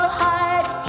heart